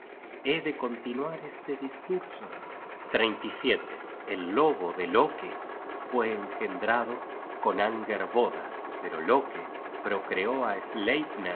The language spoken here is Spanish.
he de continuar este discurso el lobo de loke fue engendrado con angerboda pero loke procreó á